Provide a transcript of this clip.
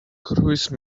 cruise